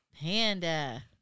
panda